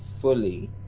fully